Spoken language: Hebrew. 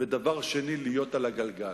והשני, "להיות על הגלגל".